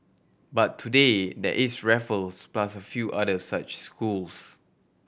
but today there is Raffles plus a few other such schools